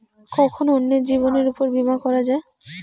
কখন অন্যের জীবনের উপর বীমা করা যায়?